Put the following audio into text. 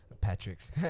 Patrick's